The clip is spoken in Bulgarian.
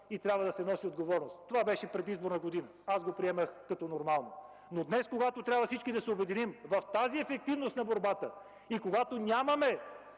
и трябва да се носи отговорност. Това беше предизборна година и аз го приемах като нормално. Днес, когато всички трябва да се обединим в тази ефективност на борбата и когато нямаме